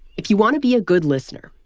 if you want to be a good listener,